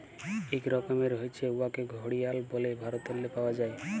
ইক রকমের হছে উয়াকে ঘড়িয়াল ব্যলে ভারতেল্লে পাউয়া যায়